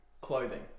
clothing